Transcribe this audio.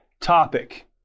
topic